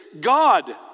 God